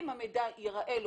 אם המידע המודיעיני ייראה לו